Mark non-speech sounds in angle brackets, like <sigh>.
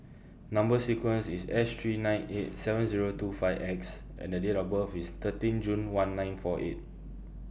Number sequence IS H three nine eight <noise> seven Zero two five X and Date of birth IS thirteen June one nine four eight